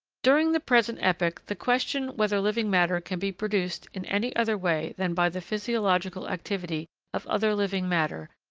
during the present epoch, the question, whether living matter can be produced in any other way than by the physiological activity of other living matter,